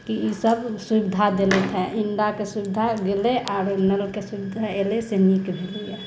ई सब सुविधा देलथि हँ इंडाके सुविधा गेलै आब नलके सुविधा एलैया से नीक भेलैया